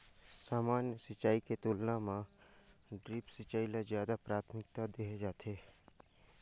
सामान्य सिंचाई के तुलना म ड्रिप सिंचाई ल ज्यादा प्राथमिकता देहे जाथे